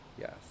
yes